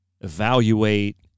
evaluate